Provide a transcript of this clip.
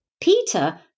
Peter